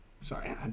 Sorry